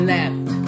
Left